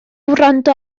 wrando